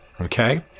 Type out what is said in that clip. okay